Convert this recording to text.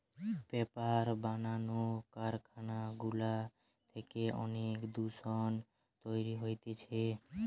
paper বানানো কারখানা গুলা থেকে অনেক দূষণ তৈরী হতিছে